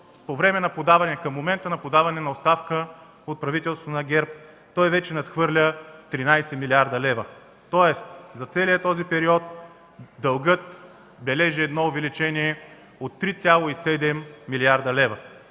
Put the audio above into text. лв., докато към момента на подаване на оставка от правителството на ГЕРБ той вече надхвърля 13 млрд. лв. За целия този период дългът бележи едно увеличение от 3,7 млрд. лв.